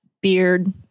beard